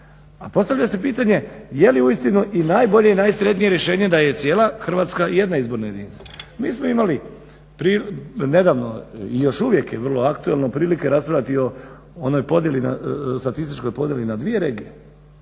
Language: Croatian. a postavlja se pitanje je li uistinu i najbolje i najsretnije rješenje da je cijela Hrvatska jedna izborna jedinica. Mi smo imali nedavno i još uvijek je vrlo aktualno prilike raspravljati i o onoj podjeli na statističkoj podjeli na dvije regije,